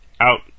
out